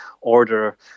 order